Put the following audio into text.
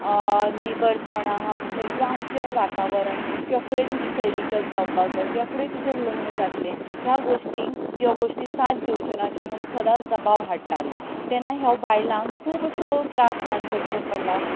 neighbours म्हणा आमचे किंवां आमचें वातावरण किंवां फुडें तुजी सयरीगत जावपाक जाय किंवां फुडें तुजें लग्न जातलें ह्या गोष्टींक ह्यो गोश्टी साथ दिवच्यो ना अशें म्हणून सदांच दबाव हाडटालीं तेन्ना ह्यो बायलांक खूब अश्यो त्रास सहन करचें पडलां